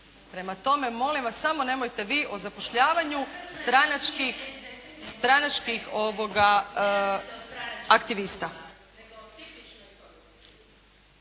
Prema tome, molim vas samo nemojte vi o zapošljavanju stranačkih aktivista.